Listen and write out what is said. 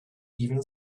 even